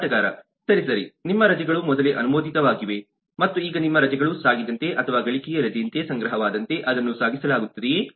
ಮಾರಾಟಗಾರ ಸರಿ ಸರಿ ನಿಮ್ಮ ರಜೆಗಳು ಮೊದಲೇ ಅನುಮೋದಿತವಾಗಿವೆ ಮತ್ತು ಈಗ ನಿಮ್ಮ ರಜೆಗಳು ಸಾಗಿದಂತೆ ಅಥವಾ ಗಳಿಕೆಯ ರಜೆಯಂತೆ ಸಂಗ್ರಹವಾದಂತೆ ಅದನ್ನು ಸಾಗಿಸಲಾಗುತ್ತದೆಯೇ